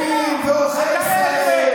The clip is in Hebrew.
קודם כול, אני אקרא לו כי זאת המציאות.